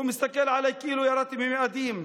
הוא מסתכל עליי כאילו ירדתי ממאדים,